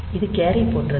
இது கேரி போன்றது